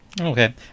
Okay